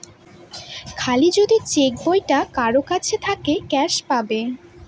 খালি যদি চেক বইটা কারোর কাছে থাকে ক্যাস পাবে